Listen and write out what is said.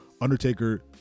Undertaker